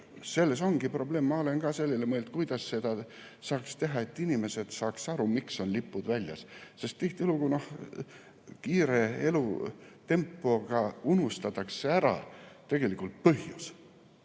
selles ongi probleem, ma olen ka mõelnud, kuidas saaks teha nii, et inimesed saaksid aru, miks on lipud väljas. Tihtilugu kiire elutempoga unustatakse ära tegelikult põhjus.